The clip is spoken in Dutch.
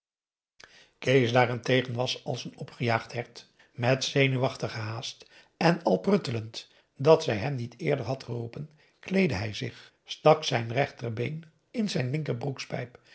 kees daarentegen was als een opgejaagd hert met zenuwachtige haast en al pruttelend dat zij hem niet eerder had geroepen kleedde hij zich stak zijn rechterbeen in zijn